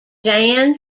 jan